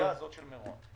תקצב את האירועים